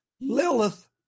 Lilith